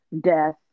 death